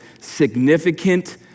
significant